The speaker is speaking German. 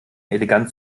elegant